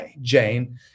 Jane